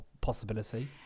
possibility